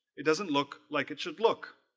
it doesn't look like it should look